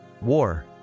War